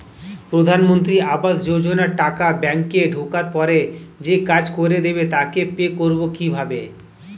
প্রধানমন্ত্রী আবাস যোজনার টাকা ব্যাংকে ঢোকার পরে যে কাজ করে দেবে তাকে পে করব কিভাবে?